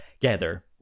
together